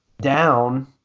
down